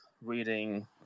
reading